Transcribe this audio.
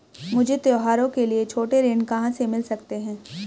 मुझे त्योहारों के लिए छोटे ऋण कहां से मिल सकते हैं?